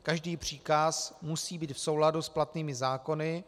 Každý příkaz musí být v souladu s platnými zákony.